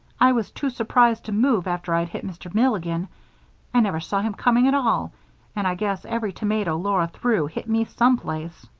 i was too surprised to move after i'd hit mr. milligan i never saw him coming at all and i guess every tomato laura threw hit me some place.